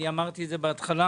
אמרתי את זה בהתחלה